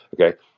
Okay